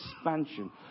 expansion